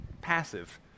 passive